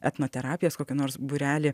etnoterapijos kokį nors būrelį